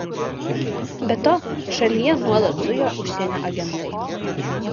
be to šalyje nuolat zujo užsienio agentai